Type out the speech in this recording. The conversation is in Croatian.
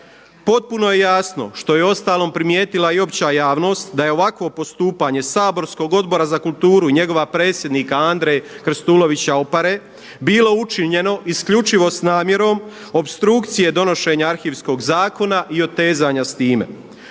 Potpuno je jasno što je uostalom primijetila i opća javnost da je ovakvo postupanje saborskog Odbora za kulturu i njegova predsjednika Andre Krstulovića Opare bilo učinjeno isključivo s namjerom opstrukcije donošenja arhivskog zakona i otezanja s time.